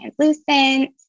translucent